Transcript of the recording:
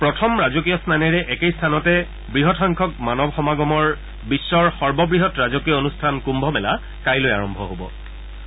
প্ৰথম ৰাজকীয় স্নানেৰে একেই স্থানতে বৃহৎ সংখ্যক মানৱ সমাগমৰ বিশ্বৰ সৰ্ববৃহৎ ৰাজকীয় অনুষ্ঠান কুম্ভ মেলা কাইলৈ আৰম্ভ হ'ব